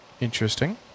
Interesting